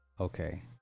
Okay